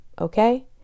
okay